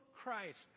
Christ